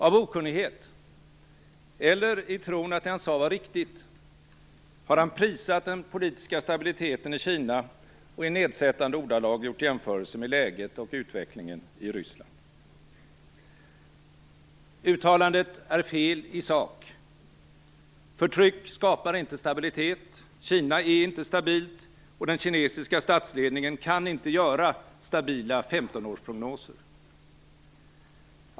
Av okunnighet, eller i tron att det han sade var riktigt, har han prisat den politiska stabiliteten i Kina och i nedsättande ordalag gjort jämförelser med läget och utvecklingen i Ryssland. Uttalandet är fel i sak. Förtryck skapar inte stabilitet, Kina är inte stabilt, och den kinesiska statsledningen kan inte göra stabila femtonårsprognoser.